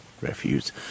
refuse